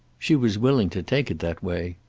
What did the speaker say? she was willing to take it that way.